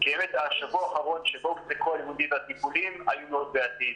כי באמת השבוע האחרון שבו הופסקו הלימודים והטיפולים היה מאוד בעייתי.